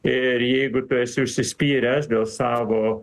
ir jeigu tu esi užsispyręs dėl savo